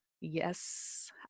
Yes